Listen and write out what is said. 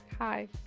hi